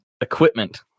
equipment